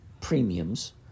premiums